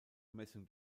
messung